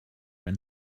and